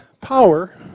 power